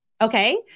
Okay